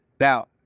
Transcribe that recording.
Now